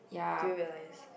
do you realise